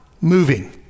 moving